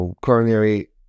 coronary